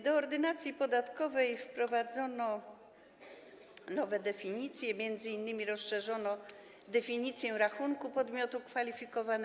Do ordynacji podatkowej wprowadzono nowe definicje, m.in. rozszerzono definicję rachunku podmiotu kwalifikowanego,